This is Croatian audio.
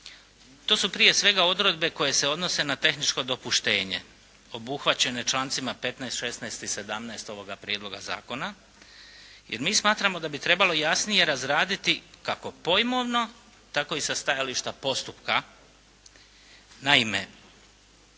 to su prije svega odredbe koje se odnose na tehničko dopuštenje obuhvaćene člancima 15., 16. i 17. ovoga prijedloga zakona jer mi smatramo da bi trebalo jasnije razraditi, kako pojmovno, tako i sa stajališta postupka. Naime,